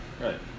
Right